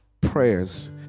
prayers